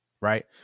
Right